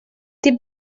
tip